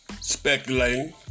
speculating